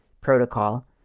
protocol